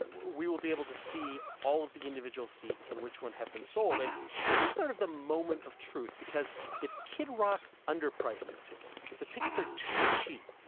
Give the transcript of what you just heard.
we will be able to see all of the individual seats and which ones have been sold. and this is sort of the moment of truth because if kid rock underpriced his tickets, if the tickets are too cheap,